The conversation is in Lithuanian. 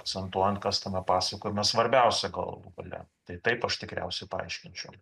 akcentuojant kas tame pasakojime svarbiausia galų gale tai taip aš tikriausiai paaiškinčiau